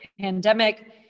pandemic